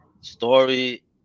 story